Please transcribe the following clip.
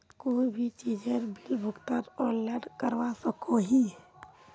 कोई भी चीजेर बिल भुगतान ऑनलाइन करवा सकोहो ही?